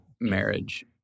marriage